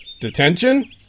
Detention